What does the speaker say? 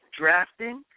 drafting